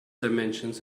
dimensions